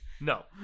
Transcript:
No